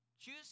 Choose